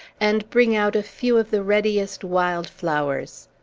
and bring out a few of the readiest wild flowers.